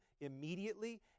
immediately